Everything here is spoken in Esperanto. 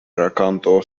rakonto